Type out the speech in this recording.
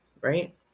right